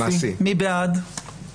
אנחנו נמצאים בדיון שני בהצעת חוק ההוצאה לפועל (תיקון מס' 69)